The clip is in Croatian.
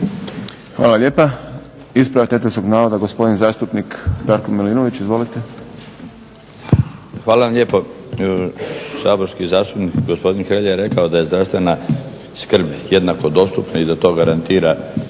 Hvala lijepa. Ispravak netočnog navoda gospodin zastupnik Darko Milinović. Izvolite. **Milinović, Darko (HDZ)** Hvala lijepo. Saborski zastupnik gospodin Hrelja je rekao da je zdravstvena skrb jednako dostupna i za to garantira